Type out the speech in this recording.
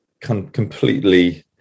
completely